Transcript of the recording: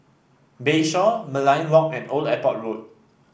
Bayshore Merlion Walk and Old Airport Road